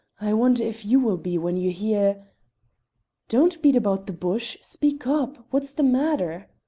i wonder if you will be when you hear don't beat about the bush. speak up! what's the matter?